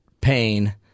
pain –